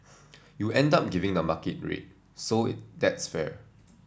you end up giving the market rate so that's fair